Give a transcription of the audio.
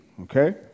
okay